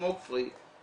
Smoke free,